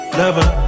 lover